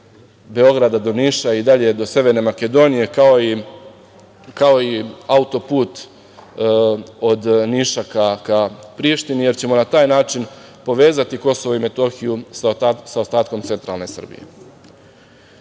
Beograda do Niša i dalje do Severne Makedonije, kao i autoput od Niša ka Prištini, jer ćemo na taj način povezati KiM sa ostatkom centralne Srbije. Nije